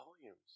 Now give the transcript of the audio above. volumes